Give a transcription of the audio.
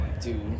Dude